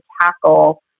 tackle